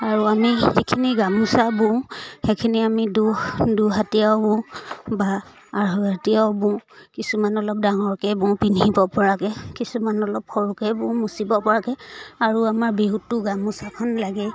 আৰু আমি যিখিনি গামোচা বওঁ সেইখিনি আমি দুহাটীও বওঁ বা আঢ়ৈহাটীও বওঁ কিছুমান অলপ ডাঙৰকৈ বওঁ পিন্ধিব পৰাকৈ কিছুমান অলপ সৰুকে বওঁ মুচিব পৰাকৈ আৰু আমাৰ বিহুতো গামোচাখন লাগে